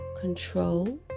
control